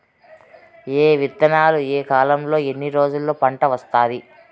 ఏ విత్తనాలు ఏ కాలంలో ఎన్ని రోజుల్లో పంట వస్తాది?